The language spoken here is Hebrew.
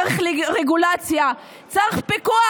צריך רגולציה, צריך פיקוח